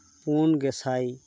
ᱯᱩᱱ ᱜᱮ ᱥᱟᱭ